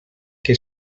que